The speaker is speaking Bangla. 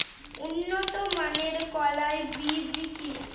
উন্নত মানের কলাই বীজ কি?